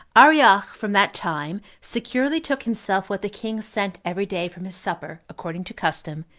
arioch, from that time, securely took himself what the king sent every day from his supper, according to custom,